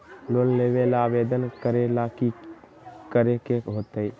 Loan लेबे ला आवेदन करे ला कि करे के होतइ?